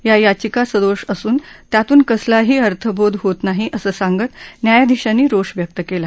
या याचिका सदोष असून त्यातून कसलाही अर्थबोध होत नाही असं सांगत न्यायधीशांनी रोष व्यक्त केला